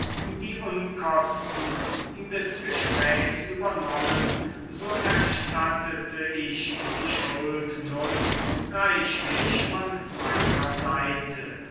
die unkosten des gesprächs übernommen so erstattete ich die schuld nun reichlich von meiner seite